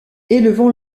élevant